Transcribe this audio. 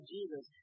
Jesus